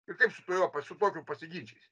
ir kaip su tu juo su tokiu pasiginčysi